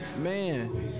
man